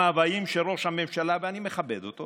המאוויים של ראש הממשלה, ואני מכבד אותו